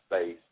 space